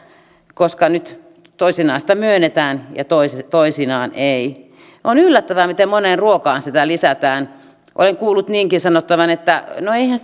koska nyt toisinaan sitä myönnetään ja toisinaan ei on yllättävää miten moneen ruokaan gluteenia lisätään olen kuullut niinkin sanottavan että no eihän